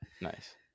Nice